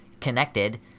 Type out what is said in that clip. connected